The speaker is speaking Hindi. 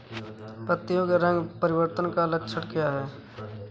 पत्तियों के रंग परिवर्तन का लक्षण क्या है?